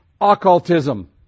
occultism